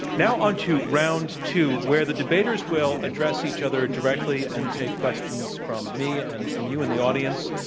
now, onto round two where the debaters will address each other directly and take questions from me and from you in the audience